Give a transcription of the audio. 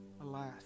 Alas